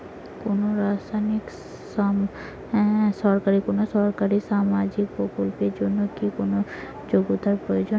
কোনো সরকারি সামাজিক প্রকল্পের জন্য কি কোনো যোগ্যতার প্রয়োজন?